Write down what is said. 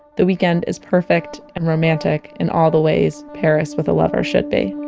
the weekend is perfect and romantic in all the ways paris with a lover should be